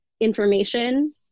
information